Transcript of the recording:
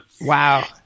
Wow